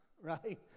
right